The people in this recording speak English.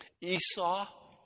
Esau